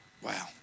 Wow